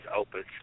opus